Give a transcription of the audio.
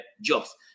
jobs